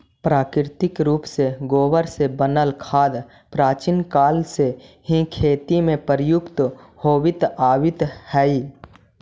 प्राकृतिक रूप से गोबर से बनल खाद प्राचीन काल से ही खेती में प्रयुक्त होवित आवित हई